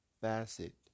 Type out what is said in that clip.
facet